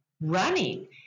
running